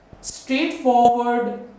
straightforward